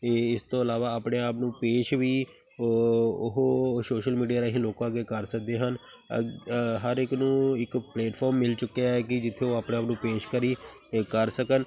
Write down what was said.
ਅਤੇ ਇਸ ਤੋਂ ਇਲਾਵਾ ਆਪਣੇ ਆਪ ਨੂੰ ਪੇਸ਼ ਵੀ ਓ ਉਹ ਸੋਸ਼ਲ ਮੀਡੀਆ ਰਾਹੀਂ ਲੋਕਾਂ ਅੱਗੇ ਕਰ ਸਕਦੇ ਹਨ ਅਗ ਹਰ ਇੱਕ ਨੂੰ ਇੱਕ ਪਲੇਟਫਾਰਮ ਮਿਲ ਚੁੱਕਿਆ ਹੈ ਕਿ ਜਿੱਥੇ ਉਹ ਆਪਣੇ ਆਪ ਨੂੰ ਪੇਸ਼ਕਾਰੀ ਕਰ ਸਕਣ